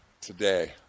Today